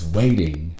waiting